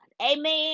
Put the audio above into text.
Amen